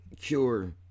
cure